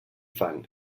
fang